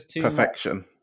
perfection